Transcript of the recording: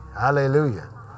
Hallelujah